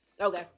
Okay